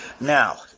Now